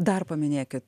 dar paminėkit